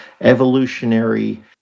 evolutionary